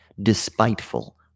despiteful